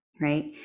right